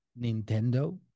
Nintendo